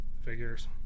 figures